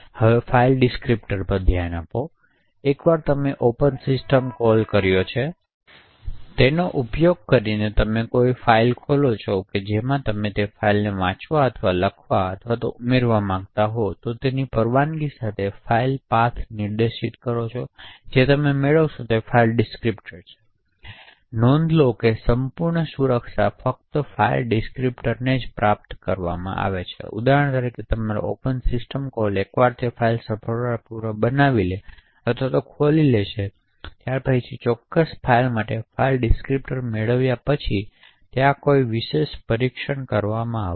હવે file descriptors પર ધ્યાન આપો એકવાર તમે ઓપન સિસ્ટમ કોલનો ઉપયોગ કરીને ફાઇલ ખોલો કે જેમાં તમે તે ફાઇલને વાંચવા અથવા લખવા અથવા ઉમેરવા માંગતા હો તે પરવાનગીની સાથે ફાઇલ પાથ નિર્દિષ્ટ કરો અને તમે જે મેળવશો તે ફાઇલ ડિસ્ક્રીપ્ટર્સ છે તેથી નોંધ લો કે સંપૂર્ણ સુરક્ષા ફક્ત ફાઇલ ડિસ્ક્રીપ્ટર્સને પ્રાપ્ત કરવામાં જ બાકી છે તેથી ઉદાહરણ તરીકે તમારા ઓપન સિસ્ટમ કોલ એકવાર તે ફાઇલ સફળતાપૂર્વક બનાવી અથવા ખોલશે અને તમે તે ચોક્કસ ફાઇલ માટે ફાઇલ ડિસ્ક્રીપ્ટર્સ મેળવ્યા પછી તે પછી ત્યાં કોઈ વિશેષ પરીક્ષણ નથી કરવામાં આવ્યું